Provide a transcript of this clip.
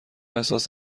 احساس